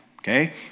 Okay